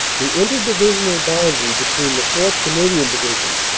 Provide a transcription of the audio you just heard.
the inter-divisional boundary between the fourth. canadian division,